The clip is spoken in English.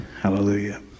Hallelujah